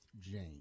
Jane